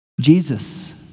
Jesus